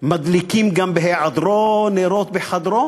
מדליקים גם בהיעדרו נרות בחדרו